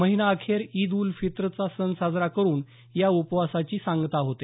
महिना अखेर ईद उल फित्रचा सण साजरा करून या उपवासांची सांगता होते